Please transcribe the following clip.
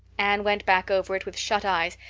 anne went back over it with shut eyes,